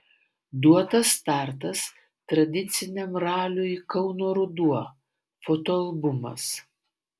duotas startas tradiciniam raliui kauno ruduo fotoalbumas